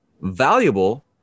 valuable